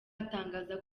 atangaza